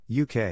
UK